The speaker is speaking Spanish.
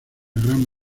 gran